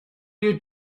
you